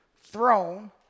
Throne